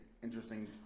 Interesting